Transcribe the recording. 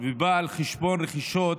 ובא על חשבון רכישות